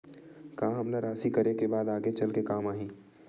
का हमला राशि करे के बाद आगे चल के काम आही?